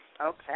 Okay